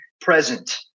present